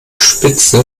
spitze